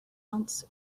else